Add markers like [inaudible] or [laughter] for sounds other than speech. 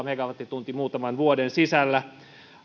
[unintelligible] megawattitunti muutaman vuoden sisällä